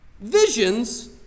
Visions